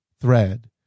thread